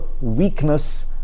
weakness